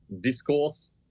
discourse